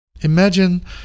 imagine